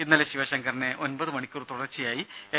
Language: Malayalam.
ഇന്നലെ ശിവശങ്കറിനെ ഒമ്പത് മണിക്കൂർ തുടർച്ചയായി എൻ